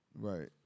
Right